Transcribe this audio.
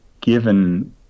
given